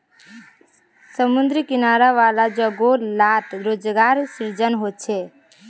समुद्री किनारा वाला जोगो लात रोज़गार सृजन होचे